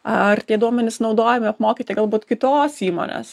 ar tie duomenys naudojami apmokyti galbūt kitos įmonės